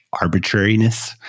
arbitrariness